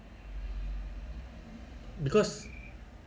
a bit of support ah the support kind of role ah